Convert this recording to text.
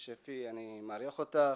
שפי, אני מעריך אותך,